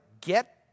get